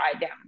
down